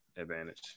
advantage